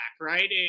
right